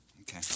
Okay